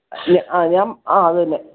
E ല്ല ആ ഞാൻ ആ അതു തന്നെ